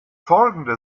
folgende